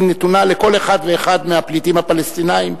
נתונה לכל אחד ואחד מהפליטים הפלסטינים,